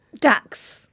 ducks